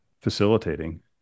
facilitating